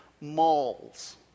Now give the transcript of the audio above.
malls